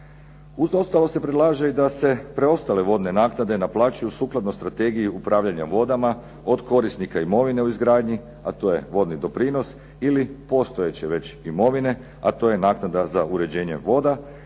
Uz ostalo se predlaže da se preostale vodne naknade naplaćuju sukladno Strategiji upravljanja vodama od korisnika imovine u izgradnji, a to je vodni doprinos ili postojeće već imovine a to je naknada za uređenje voda